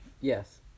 Yes